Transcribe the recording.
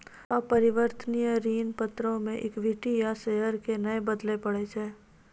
अपरिवर्तनीय ऋण पत्रो मे इक्विटी या शेयरो के नै बदलै पड़ै छै